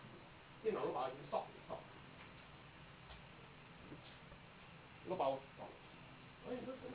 电脑 low power stop stop low power